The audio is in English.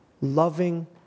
loving